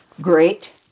Great